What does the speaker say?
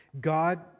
God